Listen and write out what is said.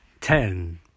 Ten